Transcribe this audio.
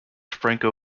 franco